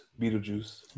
Beetlejuice